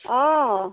অঁ